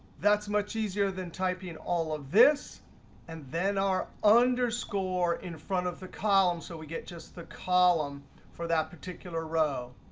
that's much easier than typing all of this and then are underscore in front of the column so we get just the column for that particular row.